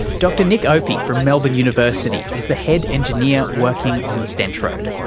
dr nick opie from melbourne university is the head engineer working on the stentrode.